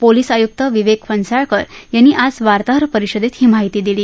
police आयुक्त विवेक फणसळकर यानी आज वार्ताहर परिषदेत ही माहिती दिली